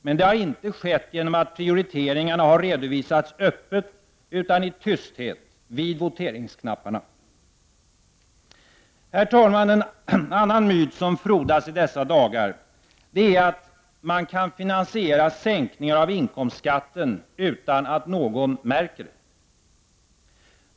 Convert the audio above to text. Men det har inte skett genom att prioriteringarna har redovisats öppet utan i tysthet, vid voteringsknapparna. Herr talman! En annan myt som frodas i dessa dagar är att man kan finansiera sänkningar av inkomstskatten utan att någon märker det.